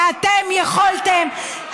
ואתם יכולתם,